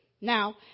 Now